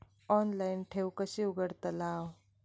Online ठेव कशी उघडतलाव?